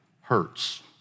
hurts